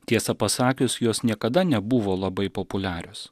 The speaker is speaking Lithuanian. tiesą pasakius jos niekada nebuvo labai populiarios